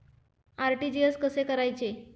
RTGS कसे करायचे?